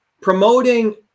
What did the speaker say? promoting